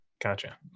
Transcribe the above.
gotcha